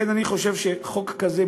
לכן אני חושב שחוק כזה,